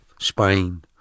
Spain